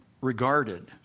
regarded